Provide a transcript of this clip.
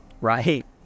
Right